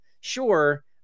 Sure